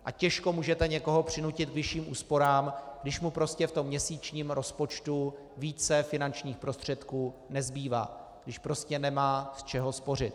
A těžko můžete někoho přinutit k vyšším úsporám, když mu v měsíčním rozpočtu více finančních prostředků nezbývá, když prostě nemá z čeho spořit.